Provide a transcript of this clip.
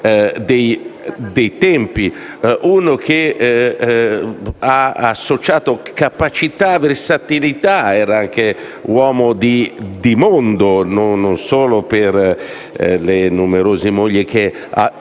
dei tempi, che ha associato capacità e versatilità. Era anche un uomo di mondo e non solo per le numerose mogli che ha